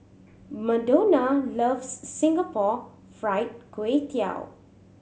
Madonna loves Singapore Fried Kway Tiao